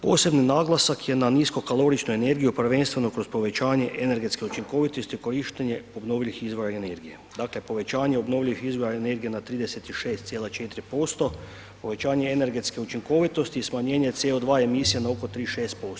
Posebni naglasak je na niskokaloričnoj energiji prvenstveno kroz povećanje energetske učinkovitosti i korištenje obnovljivih izvora energije, dakle povećanje obnovljivih izvora energije na 36,4%, povećanje energetske učinkovitosti i smanjenje CO2 emisija na oko 36%